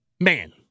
man